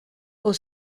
aux